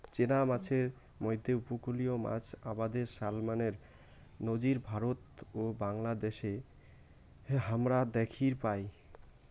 চেনা মাছের মইধ্যে উপকূলীয় মাছ আবাদে স্যালমনের নজির ভারত ও বাংলাদ্যাশে হামরা দ্যাখির পাই